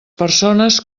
persones